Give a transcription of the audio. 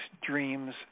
dream's